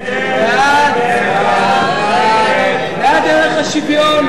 ההסתייגות של קבוצת סיעת